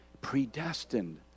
Predestined